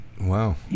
Wow